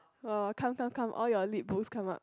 orh come come come all your lit books come up